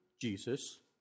Jesus